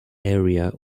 area